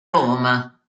roma